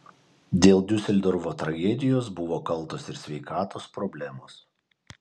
dėl diuseldorfo tragedijos buvo kaltos ir sveikatos problemos